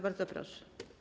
Bardzo proszę.